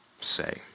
say